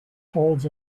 holds